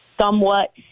somewhat